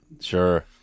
Sure